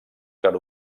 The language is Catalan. clar